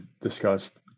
discussed